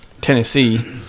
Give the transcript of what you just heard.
Tennessee